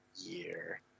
year